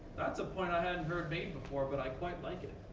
that's a point i hadn't heard made before, but i quite like it.